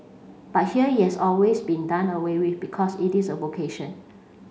but here is always been done away with because it is a vocation